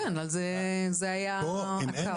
זה היה הקו.